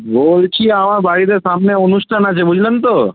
বলছি আমার বাড়িতে সামনে অনুষ্ঠান আছে বুঝলেন তো